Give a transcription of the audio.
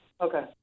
Okay